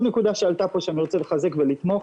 עוד נקודה שעלתה פה שאני רוצה לחזק ולתמוך,